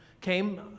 came